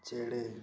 ᱪᱮᱬᱮ